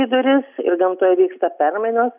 į duris ir gamtoje vyksta permainos